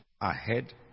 ahead